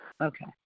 Okay